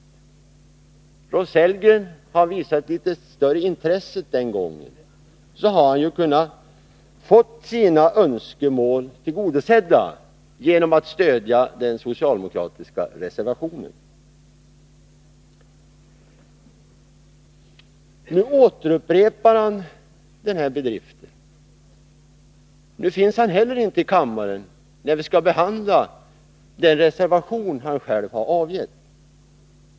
Hade Rolf Sellgren visat ett större intresse den gången, skulle han ha kunnat få sina önskemål tillgodosedda genom att stödja den socialdemokratiska reservationen. Nu upprepar Rolf Sellgren den här bedriften. Inte heller nu finns han i kammaren, när vi skall behandla den reservation han själv har avgivit.